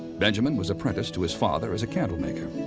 benjamin was apprenticed to his father as a candlemaker,